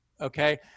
okay